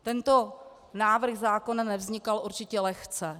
Tento návrh zákona nevznikal určitě lehce.